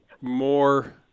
more